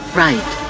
right